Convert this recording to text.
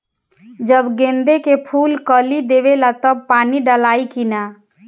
जब गेंदे के फुल कली देवेला तब पानी डालाई कि न?